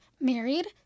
married